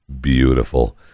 beautiful